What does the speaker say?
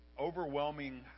overwhelming